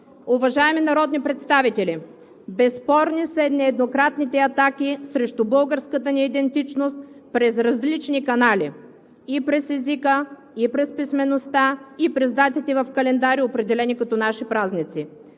Уважаеми народни представители, безспорни са нееднократните атаки срещу българската ни идентичност през различни канали – и през езика, и през писмеността, и през датите в календара, определени като наши празници.